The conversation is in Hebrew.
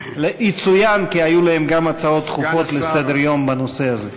יצוין כי היו להם גם הצעות דחופות לסדר-יום בנושא הזה.